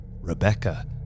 Rebecca